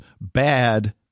bad